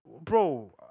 Bro